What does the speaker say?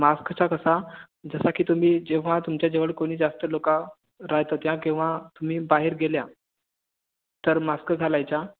मास्कचा कसा जसा की तुम्ही जेव्हा तुमच्याजवळ कोणी जास्त लोक राहत होत्या किंवा तुम्ही बाहेर गेल्या तर मास्क घालायचा